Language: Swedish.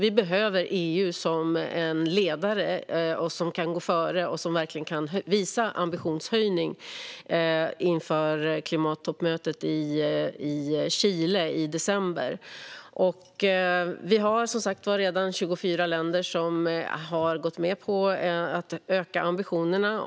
Vi behöver EU som en ledare som kan gå före och verkligen visa en ambitionshöjning inför klimattoppmötet i Chile i december. Vi har som sagt redan 24 länder som har gått med på att öka ambitionerna.